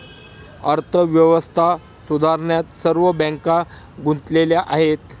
अर्थव्यवस्था सुधारण्यात सर्व बँका गुंतलेल्या आहेत